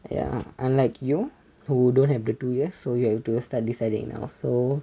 ya unlike you who don't have the two years so you have to start deciding now so